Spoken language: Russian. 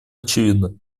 очевидно